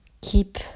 keep